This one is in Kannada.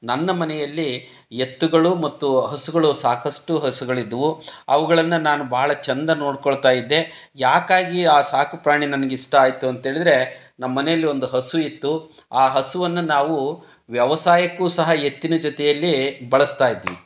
ನನ್ನ ಮನೆಯಲ್ಲಿ ಎತ್ತುಗಳು ಮತ್ತು ಹಸುಗಳು ಸಾಕಷ್ಟು ಹಸುಗಳಿದ್ದವು ಅವುಗಳನ್ನು ನಾನು ಭಾಳ ಚೆಂದ ನೋಡಿಕೊಳ್ತಾ ಇದ್ದೆ ಯಾಕಾಗಿ ಆ ಸಾಕುಪ್ರಾಣಿ ನನ್ಗೆ ಇಷ್ಟ ಆಯಿತು ಅಂತೇಳಿದರೆ ನಮ್ಮ ಮನೇಲ್ಲಿ ಒಂದು ಹಸು ಇತ್ತು ಆ ಹಸುವನ್ನು ನಾವು ವ್ಯವಸಾಯಕ್ಕೂ ಸಹ ಎತ್ತಿನ ಜೊತೆಯಲ್ಲಿ ಬಳಸ್ತಾ ಇದ್ವಿ